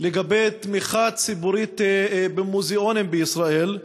על תמיכה ציבורית במוזיאונים בישראל,